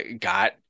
got